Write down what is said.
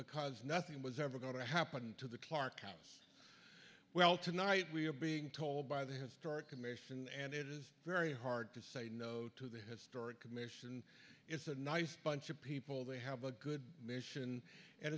because nothing was ever going to happen to the clark county well tonight we are being told by the historic commission and it is very hard to say no to the historic commission it's a nice bunch of people they have a good mission and